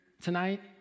tonight